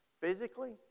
physically